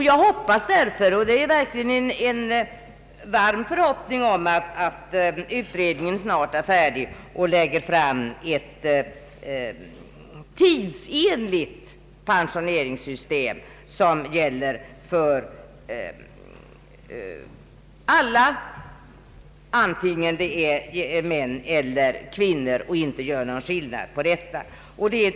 Jag hoppas därför — det är verkligen en varm förhoppning — att utredningen snart är färdig och lägger fram ett förslag om ett tidsenligt pensioneringssystem som gäller för alla, både män och kvinnor, och inte gör någon skillnad.